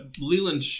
Leland